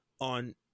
on